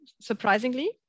surprisingly